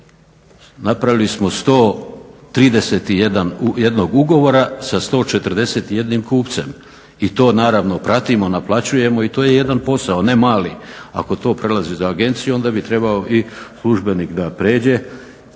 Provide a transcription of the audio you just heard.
Napravili smo 131 ugovora sa 141 kupcem i to naravno pratimo, naplaćujemo i to je jedan posao. Ne mali. Ako to prelazi za agenciju onda bi trebao i službenik da pređe.